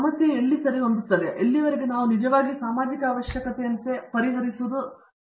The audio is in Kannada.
ಆದರೆ ಈ ಸಮಸ್ಯೆಯು ಎಲ್ಲಿ ಸರಿಹೊಂದುತ್ತದೆ ಮತ್ತು ಎಲ್ಲಿಯವರೆಗೆ ನಾವು ನಿಜವಾಗಿಯೂ ಸಾಮಾಜಿಕ ಅವಶ್ಯಕತೆಯಂತೆ ಪರಿಹರಿಸುವುದು ಹೇಗೆ